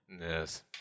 Yes